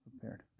prepared